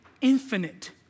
infinite